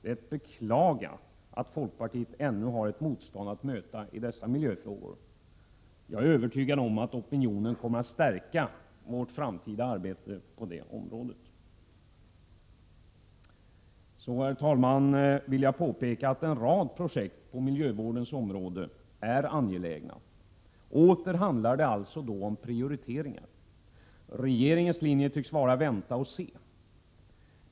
Det är att beklaga att folkpartiet ännu har ett motstånd att möta i dessa miljöfrågor. Jag är övertygad om att opinionen kommer att stärka vårt framtida arbete på det området. Herr talman! Jag vill påpeka att en rad projekt på miljövårdens område är angelägna. Åter handlar det om prioriteringar. Regeringens linje tycks vara: vänta och se.